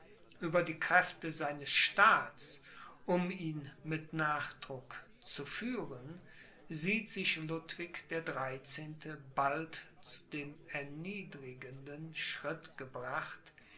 über die kräfte seines staats um ihn mit nachdruck zu führen sieht sich ludwig der dreizehnte bald zu dem erniedrigenden schritt gebracht